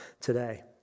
today